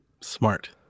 Smart